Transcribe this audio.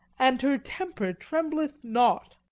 and her temper trembleth not!